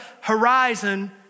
horizon